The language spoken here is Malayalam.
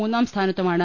മൂന്നാംസ്ഥാനത്തുമാണ്